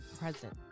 present